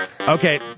Okay